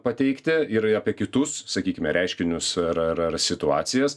pateikti ir apie kitus sakykime reiškinius ar ar ar situacijas